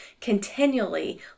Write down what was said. continually